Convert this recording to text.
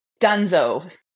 dunzo